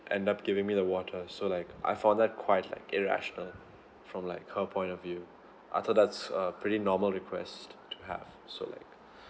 end up giving me the water so like I found that quite like irrational from like her point of view I thought that's a pretty normal request to have so like